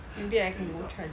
maybe I can go try that